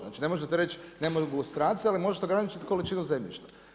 Znači ne možete reći ne mogu stranci, ali možete ograničiti količinu zemljišta.